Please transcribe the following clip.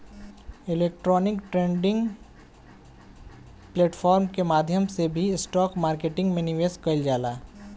electronic trading platform के माध्यम से भी स्टॉक मार्केट में निवेश कईल जाला